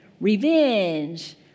revenge